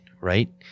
right